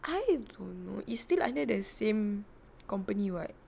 I don't know it's still under the same company [what]